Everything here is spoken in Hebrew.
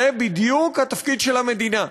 זה בדיוק התפקיד של המדינה.